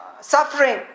suffering